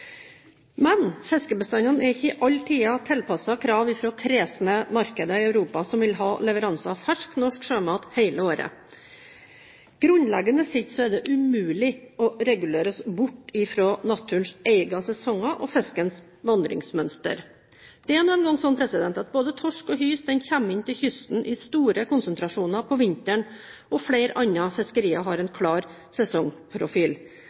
Men fiskebestandene er ikke alltid tilpasset krav fra kresne markeder i Europa, som vil ha leveranser av fersk, norsk sjømat hele året. Grunnleggende sett er det umulig å regulere oss bort fra naturens egne sesonger og fiskens vandringsmønster. Det er nå engang slik at både torsk og hyse kommer inn til kysten i store konsentrasjoner om vinteren, og flere andre fiskerier har en klar sesongprofil,